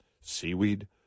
seaweed